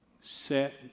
Set